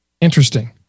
Interesting